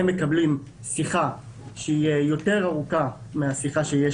הם מקבלים שיחה שהיא יותר ארוכה מהשיחה שיש